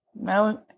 no